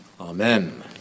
Amen